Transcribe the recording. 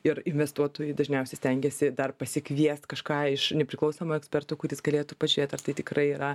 ir investuotojai dažniausiai stengiasi dar pasikviest kažką iš nepriklausomų ekspertų kuris galėtų pažiūrėt ar tai tikrai yra